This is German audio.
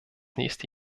nächste